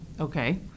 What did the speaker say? Okay